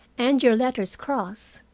and your letters cross,